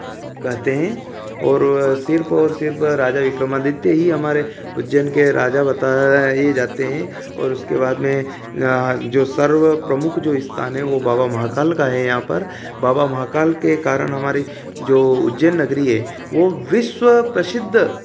कहते हैं और वह सिर्फ़ और सिर्फ़ राजा विक्रम आदित्य ही हमारे उज्जैन के राजा बताए जाते हैं और उसके बाद में जो सर्व प्रमुख जो स्थान है वह बाबा महाकाल का है यहाँ पर बाबा महाकाल के कारण हमारी जो उज्जैन नगरी है वह विश्व प्रसिद्ध